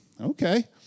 Okay